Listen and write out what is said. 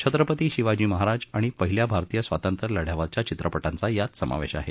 छत्रपती शिवाजी महाराज आणि पहिल्या भारतीय स्वातंत्र्यलढ्यावरील चित्रपटांचा यात समावेश आहे